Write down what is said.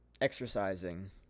exercising